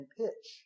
pitch